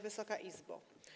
Wysoka Izbo!